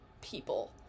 people